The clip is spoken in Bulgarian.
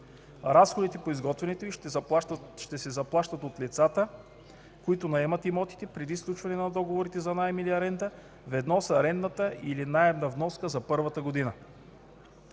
Разходите по изготвянето й ще се заплащат от лицата, които наемат имотите преди сключване на договорите за наем или аренда, ведно с арендата или наемна вноска за първата година.